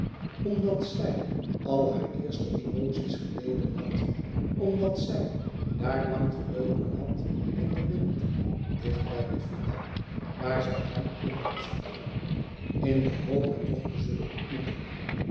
omdat zij al haar eerste emoties geleden had omdat zij daar lang geloopen had in den wind dicht bij de villa waar zij hem in had zien gaan in de hoop hem nog te zullen ontmoeten